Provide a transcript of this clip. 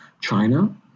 China